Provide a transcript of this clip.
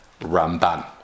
Ramban